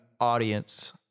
audience